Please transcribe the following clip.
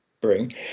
bring